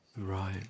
right